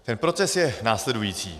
Ten proces je následující.